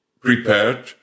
prepared